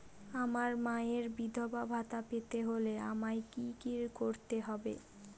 আমার মায়ের বিধবা ভাতা পেতে হলে আমায় কি কি করতে হবে?